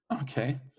Okay